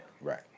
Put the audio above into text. Right